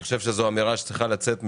ואני חושב שזאת אמירה שצריכה לצאת מכאן,